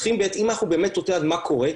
אם אנחנו באמת רוצים לדעת מה קורה,